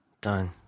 Done